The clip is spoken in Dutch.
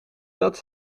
dat